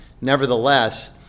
Nevertheless